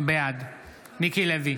בעד מיקי לוי,